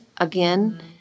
again